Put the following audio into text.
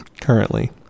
Currently